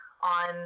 on